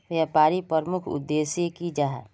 व्यापारी प्रमुख उद्देश्य की जाहा?